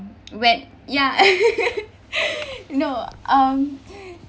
when ya no um